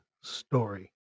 story